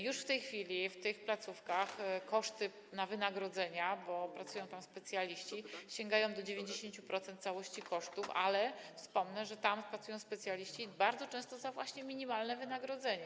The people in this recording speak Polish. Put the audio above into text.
Już w tej chwili w tych placówkach koszty wynagrodzeń, bo pracują tam specjaliści, sięgają do 90% całości kosztów, ale wspomnę, że tam pracują specjaliści bardzo często właśnie za minimalne wynagrodzenie.